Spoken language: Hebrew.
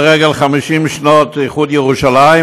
לרגל 50 שנות איחוד ירושלים,